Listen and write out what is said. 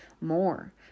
more